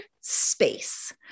space